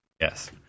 Yes